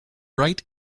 bright